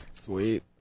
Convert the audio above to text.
Sweet